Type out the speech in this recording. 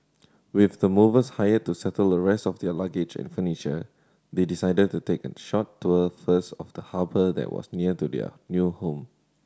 with the movers hired to settle the rest of their luggage and furniture they decided to take a short tour first of the harbour that was near to their new home